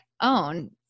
own